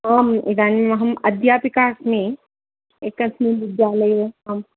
आम् इदानीमहम् अध्यापिका अस्मि एकस्मिन् विद्यालये अहं